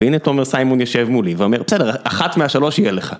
והנה תומר סיימון יושב מולי ואומר, בסדר, אחת מהשלוש יהיה לך.